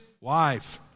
wife